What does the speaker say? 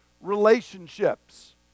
relationships